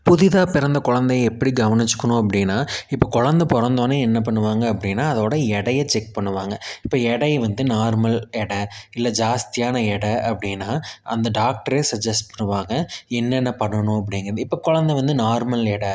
புதிதாக பிறந்த குலந்தைய எப்படி கவனிச்சிக்கணும் அப்படின்னா இப்போ குலந்த பிறந்தோன்னே என்ன பண்ணுவாங்கள் அப்படின்னா அதோட எடையை செக் பண்ணுவாங்கள் இப்போ எடையை வந்து நார்மல் எடை இல்லை ஜாஸ்தியான எடை அப்படின்னா அந்த டாக்டரே சஜஸ்ட் பண்ணுவாங்கள் என்னென்ன பண்ணணும் அப்படிங்கிறத இப்போ குலந்த வந்து நார்மல் எட